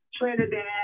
Trinidad